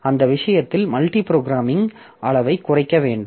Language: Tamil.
அந்த விஷயத்தில் மல்டி புரோகிராமிங் அளவை குறைக்க வேண்டும்